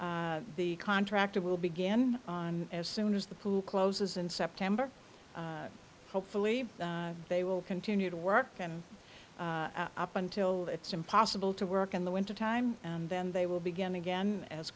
the contractor will begin as soon as the pool closes in september hopefully they will continue to work and up until it's impossible to work in the winter time and then they will begin again as